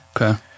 Okay